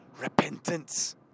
repentance